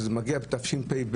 כשזה מגיע לכאן בתשפ"ב,